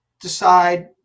decide